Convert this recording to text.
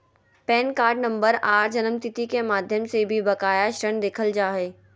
pan card नम्बर आर जन्मतिथि के माध्यम से भी बकाया ऋण देखल जा हय